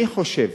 אני חושב